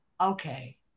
okay